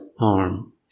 arm